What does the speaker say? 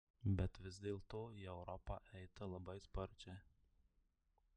bet vis dėlto į europą eita labai sparčiai